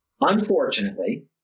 Unfortunately